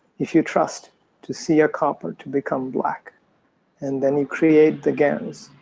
if you trust to see a copper to become black and then you create the gans,